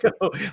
go